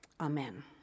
Amen